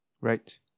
Right